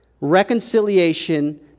Reconciliation